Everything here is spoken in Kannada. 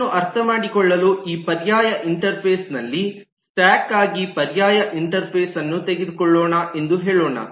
ಅದನ್ನು ಅರ್ಥಮಾಡಿಕೊಳ್ಳಲು ಈ ಪರ್ಯಾಯ ಇಂಟರ್ಫೇಸ್ ನಲ್ಲಿ ಸ್ಟಾಕ್ ಆಗಿ ಪರ್ಯಾಯ ಇಂಟರ್ಫೇಸ್ ಅನ್ನು ತೆಗೆದುಕೊಳ್ಳೋಣ ಎಂದು ಹೇಳೋಣ